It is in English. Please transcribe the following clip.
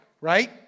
right